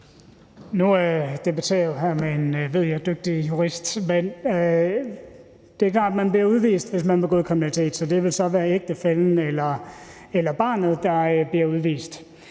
Nu debatterer jeg med en, ved jeg, dygtig jurist her. Men det er klart, at man bliver udvist, hvis man har begået kriminalitet, så det vil så være ægtefællen eller barnet, der bliver udvist,